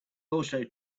also